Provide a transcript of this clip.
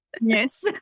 yes